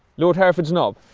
lord hereford's knob?